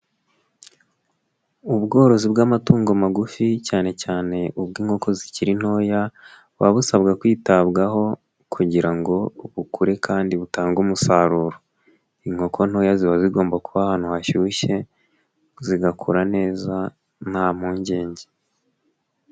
Ubworozi bw'amatungo magufi cyane cyane ubw'inkoko zikiri ntoya buba busabwa kwitabwaho kugira ngo bukure kandi butange umusaruro, inkoko ntoya ziba zigomba kuba ahantu hashyushye zigakura neza nta mpungenge.